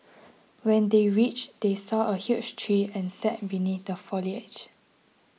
when they reached they saw a huge tree and sat beneath the foliage